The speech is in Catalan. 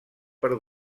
per